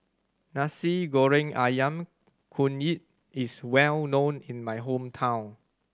Masi Goreng Ayam Kunyit is well known in my hometown